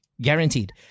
Guaranteed